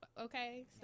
okay